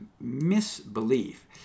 misbelief